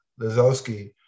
Lazowski